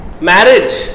Marriage